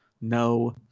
No